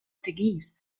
teguise